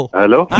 Hello